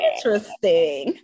Interesting